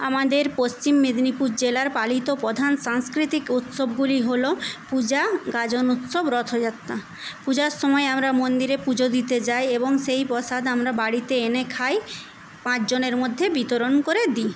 আমাদের পশ্চিম মেদিনীপুর জেলার পালিত প্রধান সাংস্কৃতিক উৎসবগুলি হলো পূজা গাজন উৎসব রথযাত্রা পূজার সময় আমরা মন্দিরে পুজো দিতে যাই এবং সেই প্রসাদ আমরা বাড়িতে এনে খাই পাঁচজনের মধ্যে বিতরণ করে দিই